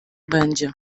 będzie